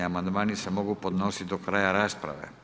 Amandmani se mogu podnositi do kraja rasprave.